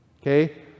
okay